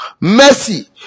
Mercy